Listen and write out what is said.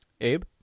Abe